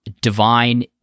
divine